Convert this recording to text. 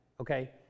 Okay